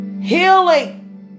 healing